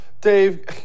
Dave